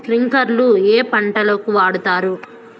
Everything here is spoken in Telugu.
స్ప్రింక్లర్లు ఏ పంటలకు వాడుతారు?